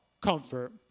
comfort